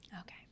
Okay